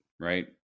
right